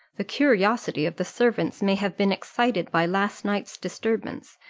the curiosity of the servants may have been excited by last night's disturbance,